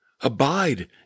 abide